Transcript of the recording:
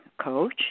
coach